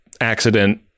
accident